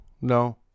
no